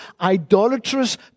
idolatrous